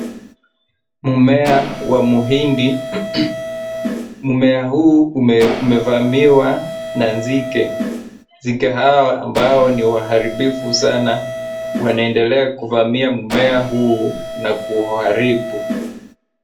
Mmea wa muhindi mumea huu umevamiwa na nzinge. Nzige hawa ambao ni waharibifu sana wanaendelea kuvamia mumea huu na kuwaharibu.